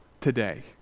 today